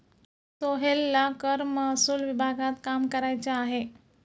सोहेलला कर महसूल विभागात काम करायचे आहे